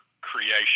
creation